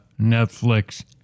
Netflix